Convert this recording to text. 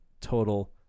total